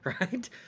Right